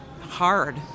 hard